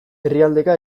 herrialdeka